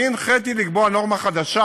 אני הנחיתי לקבוע נורמה חדשה